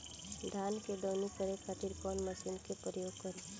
धान के दवनी करे खातिर कवन मशीन के प्रयोग करी?